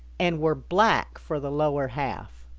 and were black for the lower half,